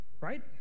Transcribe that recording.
Right